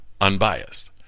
unbiased